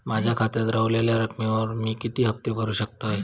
माझ्या खात्यात रव्हलेल्या रकमेवर मी किती हफ्ते भरू शकतय?